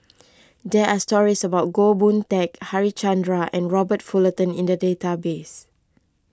there are stories about Goh Boon Teck Harichandra and Robert Fullerton in the database